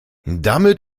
damit